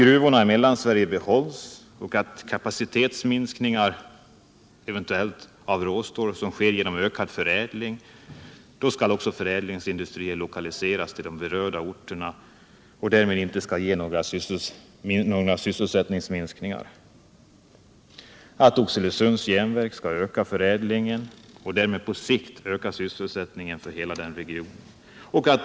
Gruvorna i Mellansverige behålls, och om kapacitetsminskningar av råstål eventuellt sker genom ökad förädling skall förädlingsindustrier lokaliseras till berörda gruvorter, så att det inte blir sysselsättningsminskningar. 4. Oxelösunds Järnverk skall öka förädlingen och därmed på sikt öka sysselsättningen för hela regionen. 5.